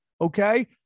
okay